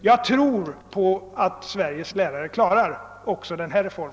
Jag tror att Sveriges lärare klarar också denna reform.